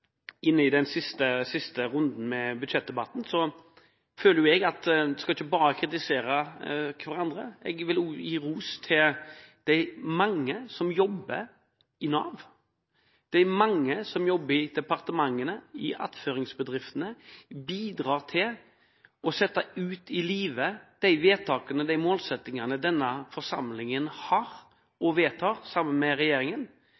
budsjettdebatten, føler jeg at man ikke bare skal kritisere hverandre. Jeg vil også gi ros til de mange som jobber i Nav, de mange som jobber i departementene og i attføringsbedriftene, som bidrar til å sette ut i livet vedtakene og målsettingene i denne forsamlingen, sammen med regjeringen.